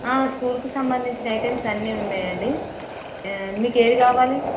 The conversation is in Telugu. స్కూల్కి సంబంధించిన ఐటమ్స్ అన్నీ ఉన్నాయండి మీకు ఏది కావలి